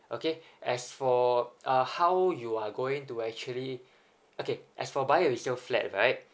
okay as for uh how you are going to actually okay as for buy a resale flat right